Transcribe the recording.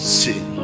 see